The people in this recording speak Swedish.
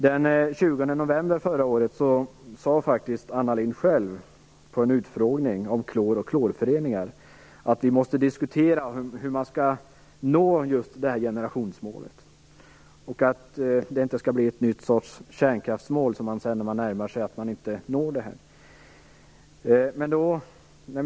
Den 20 november förra året sade Anna Lindh själv på en utfrågning om klor och klorföreningar att vi måste diskutera hur man skall nå det här generationsmålet så att det inte blir som kärnkraftsmålet, ett mål som man närmar sig men inte uppnår.